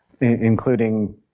including